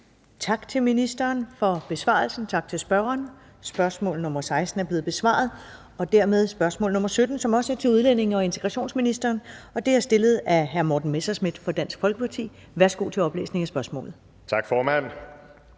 Tak til ministeren for besvarelsen. Tak til spørgeren. Spørgsmål nr. 16 er blevet besvaret. Dermed er det spørgsmål nr. 17, som også er til udlændinge- og integrationsministeren. Og det er stillet af hr. Morten Messerschmidt fra Dansk Folkeparti. Kl. 14:45 Spm. nr. S 567 17) Til udlændinge-